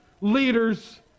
leaders